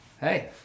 Hey